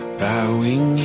bowing